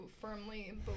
firmly